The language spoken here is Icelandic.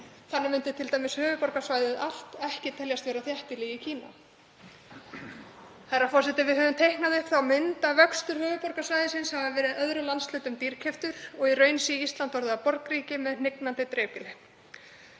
Þannig myndi t.d. höfuðborgarsvæðið allt ekki teljast vera þéttbýli í Kína. Herra forseti. Við höfum teiknað upp þá mynd að vöxtur höfuðborgarsvæðisins hafi verið öðrum landshlutum dýrkeyptur og í raun sé Ísland orðið að borgríki með hnignandi dreifbýli.